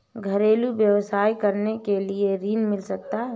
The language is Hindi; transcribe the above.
घरेलू व्यवसाय करने के लिए ऋण मिल सकता है?